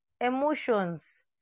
emotions